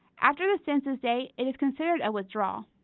after the census date it is considered a withdrawal.